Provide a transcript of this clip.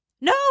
No